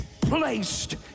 placed